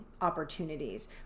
opportunities